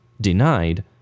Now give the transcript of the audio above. denied